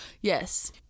Yes